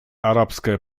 арабская